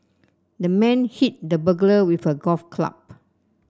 the man hit the burglar with a golf club